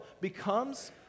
becomes